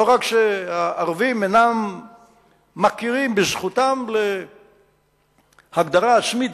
לא רק שהערבים אינם מכירים בזכותם להגדרה עצמית,